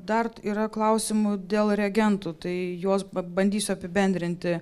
dar yra klausimų dėl reagentų tai juos pabandysiu apibendrinti